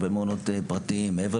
הרבה מעונות פרטיים.